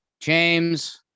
James